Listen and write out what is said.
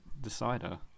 decider